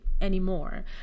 anymore